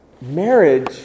marriage